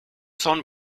zaun